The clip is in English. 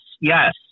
Yes